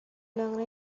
longer